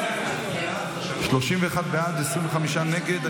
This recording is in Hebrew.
31 בעד, 25 נגד.